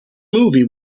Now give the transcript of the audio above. movie